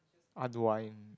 unwind